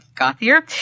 Gothier